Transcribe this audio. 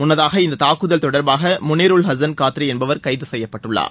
முன்னதாக இந்த தாக்குதல் தொடர்பாக முனீர் உல் ஹசன் காத்ரி என்பவர் கைது செய்யப்பட்டுள்ளார்